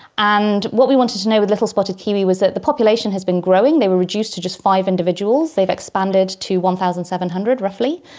and what we wanted to know with the little spotted kiwi was that the population has been growing, they were reduced to just five individuals, they have expanded to one thousand seven hundred roughly.